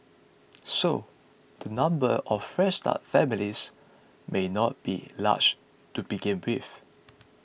so the number of Fresh Start families may not be large to begin with